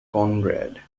konrad